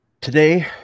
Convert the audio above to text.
today